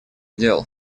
дел